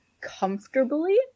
comfortably